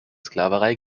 sklaverei